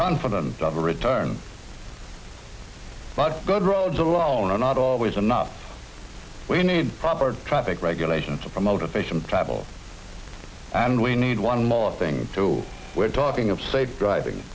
confident of a return but good roads alone are not always enough we need proper traffic regulations for motivation to travel and we need one more thing to we're talking of safe driving